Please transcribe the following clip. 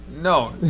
no